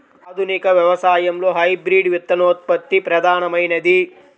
ఆధునిక వ్యవసాయంలో హైబ్రిడ్ విత్తనోత్పత్తి ప్రధానమైనది